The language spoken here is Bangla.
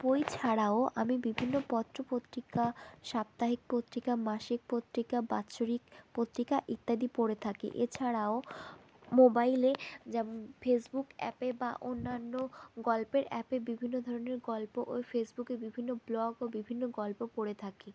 বই ছাড়াও আমি বিভিন্ন পত্র পত্রিকা সাপ্তাহিক পত্রিকা মাসিক পত্রিকা বাৎসরিক পত্রিকা ইত্যাদি পড়ে থাকি এছাড়াও মোবাইলে যেমন ফেসবুক অ্যাপে বা অন্যান্য গল্পের অ্যাপে বিভিন্ন ধরনের গল্প ও ফেসবুকে বিভিন্ন ব্লগ ও বিভিন্ন গল্প পড়ে থাকি